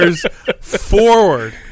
forward